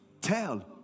tell